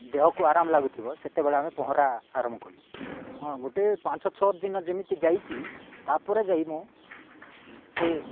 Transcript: ଦେହକୁ ଆରାମ ଲାଗୁଥିବ ସେତେବେଳେ ଆମେ ପହଁରା ଆରମ୍ଭ କଲୁ ହଁ ଗୋଟେ ପାଞ୍ଚ ଛଅ ଦିନ ଯେମିତି ଯାଇଛି ତା'ପରେ ଯାଇ ମୁଁ ସେ